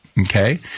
okay